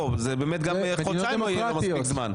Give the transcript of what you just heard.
גם חודשיים לא יהיה מספיק זמן.